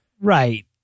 Right